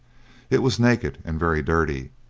it was naked and very dirty,